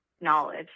knowledge